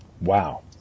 Wow